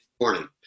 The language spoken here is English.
morning